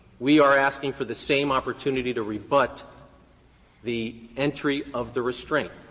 we are asking for the same opportunity to rebut the entry of the restraint.